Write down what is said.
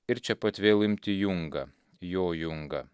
ir čia pat vėl imti jungą jo jungą